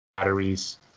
Batteries